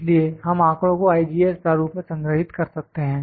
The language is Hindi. इसलिए हम आंकड़ों को IGES प्रारूप में संग्रहित कर सकते हैं